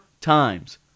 times